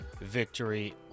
Victory